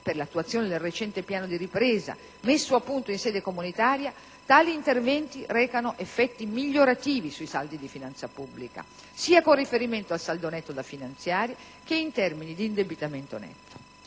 per l'attuazione del recente piano di ripresa, messo a punto in sede comunitaria, tali interventi recano effetti migliorativi sui saldi di finanza pubblica, sia con riferimento al saldo netto da finanziare che in termini di indebitamento netto.